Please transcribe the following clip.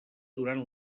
durant